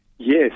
Yes